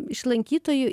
iš lankytojų